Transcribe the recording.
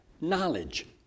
Knowledge